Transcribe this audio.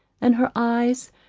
and her eyes,